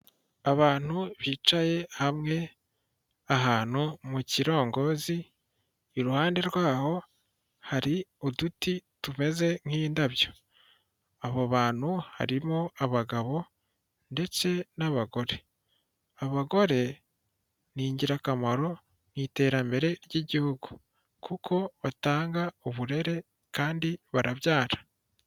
Abantu bicaye hamwe ahantu mu kirongozi, iruhande rwaho hari uduti tumeze nk'indabyo, abo bantu harimo abagabo ndetse n'abagore. Abagore ni ingirakamaro mu iterambere ry'igihugu kuko batanga uburere kandi barabyara.